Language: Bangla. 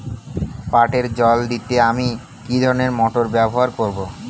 পাটে জল দিতে আমি কি ধরনের মোটর ব্যবহার করব?